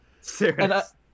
Serious